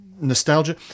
nostalgia